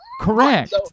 Correct